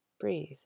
Breathe